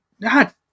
God